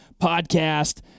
podcast